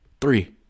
Three